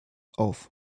auf